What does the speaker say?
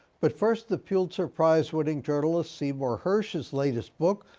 but first, pulitzer prize winning journalist seymour hersh. his latest book,